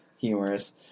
humorous